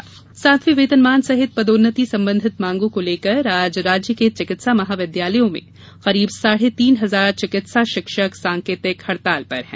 चिकित्सा हड़ताल सातवें वेतनमान सहित पदोन्नति संबंधित मांगों को लेकर आज राज्य के चिकित्सा महाविद्यालयों के करीब साढ़े तीन हजार चिकित्सा शिक्षक सांकेतिक हड़ताल पर हैं